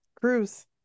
Cruise